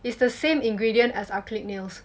it's the same ingredient as acrylic nails